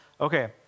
Okay